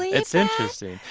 it's interesting.